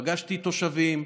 פגשתי תושבים,